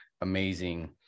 amazing